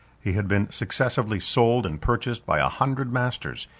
he had been successively sold and purchased by a hundred masters,